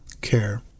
care